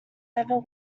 ever